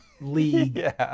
league